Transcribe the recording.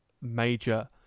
major